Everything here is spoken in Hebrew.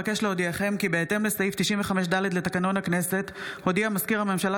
אבקש להודיעכם כי בהתאם לסעיף 95(ד) לתקנון הכנסת הודיע מזכיר הממשלה